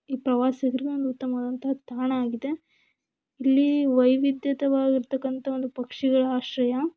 ಈ ಪ್ರವಾಸಿಗರಿಗೆ ಒಂದು ಉತ್ತಮವಾದಂತಹ ತಾಣ ಆಗಿದೆ ಇಲ್ಲಿ ವೈವಿಧ್ಯವಾಗಿರ್ತಕ್ಕಂಥ ಒಂದು ಪಕ್ಷಿಗಳ ಆಶ್ರಯ